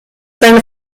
seine